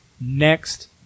next